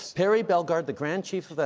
perry bellegarde, the grand chief,